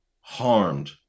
harmed